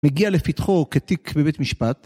מגיע לפתחו כתיק בבית משפט